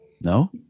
No